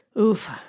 Oof